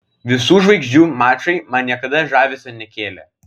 visų žvaigždžių mačai man niekada žavesio nekėlė